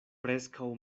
preskaŭ